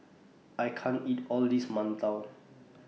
I can't eat All This mantou